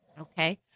Okay